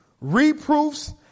reproofs